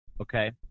Okay